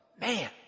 Man